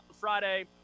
Friday